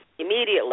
Immediately